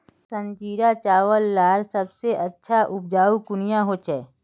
संजीरा चावल लार सबसे अच्छा उपजाऊ कुनियाँ होचए?